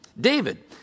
David